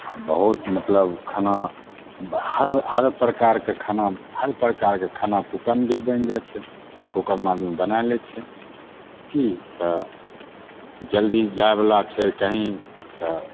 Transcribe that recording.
आओर बहुत मतलब खाना बा हर हर प्रकारके खाना हर प्रकारके खाना कुकरमे भी बनि जाइ छै कुकरमे आदमी बनै लै छै कि तऽ जल्दी जाइवला छै कहीँ तऽ